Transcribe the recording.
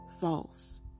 false